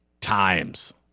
times